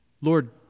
Lord